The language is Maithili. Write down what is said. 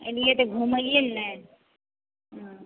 एलियै तऽ घुमैये लए ने हूँ